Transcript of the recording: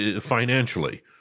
financially –